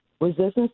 Resistance